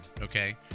okay